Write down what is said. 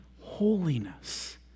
Holiness